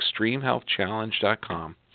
ExtremeHealthChallenge.com